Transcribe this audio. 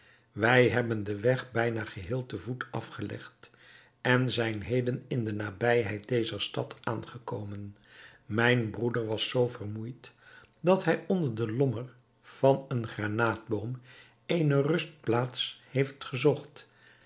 wij hebben den weg bijna geheel te voet afgelegd en zijn heden in de nabijheid dezer stad aangekomen mijn broeder was zoo vermoeid dat hij onder het lommer van een granaatboom eene rustplaats heeft gezocht